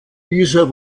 dieser